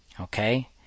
Okay